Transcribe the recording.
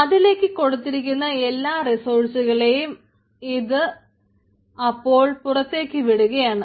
അതിലേക്ക് കൊടുത്തിരിക്കുന്ന എല്ലാ റിസോഴ്സുകളേയും അത് അപ്പോൾ പുറത്തേക്ക് വിടുകയാണ്